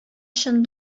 чын